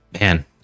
Man